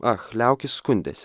ach liaukis skundęs